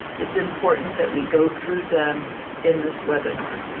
it's important that we go through them in this webinar.